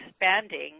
expanding